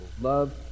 Love